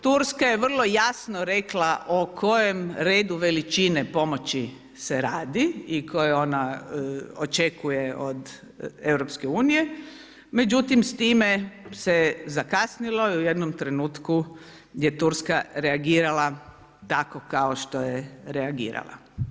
Turska je vrlo jasno rekla o kojem redu veličine pomoći se radi i koje ona očekuje od EU, međutim s time se zakasnilo i u jednom trenutku je Turska reagirala tako kao što je reagirala.